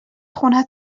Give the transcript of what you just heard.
خونه